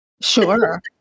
Sure